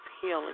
healing